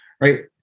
right